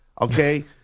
okay